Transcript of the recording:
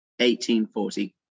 1840